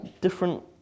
different